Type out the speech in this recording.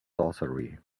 sorcery